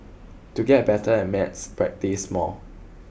to get better at maths practice more